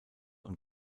und